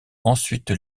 ensuite